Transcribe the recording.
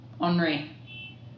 Henri